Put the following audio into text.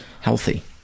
healthy